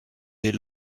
des